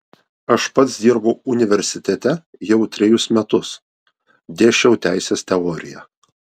aš pats dirbau universitete jau trejus metus dėsčiau teisės teoriją